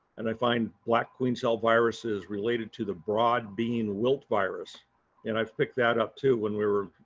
and i find black queen cell viruses related to the broad bean wilt virus and i've picked that up too when we were,